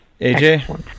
AJ